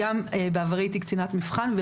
וגם בעברי הייתי קצינת מבחן.